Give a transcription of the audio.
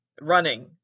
Running